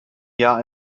jahr